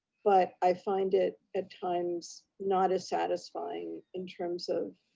but i find it at times, not as satisfying in terms of